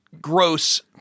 gross